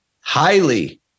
highly